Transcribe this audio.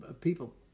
people